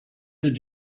did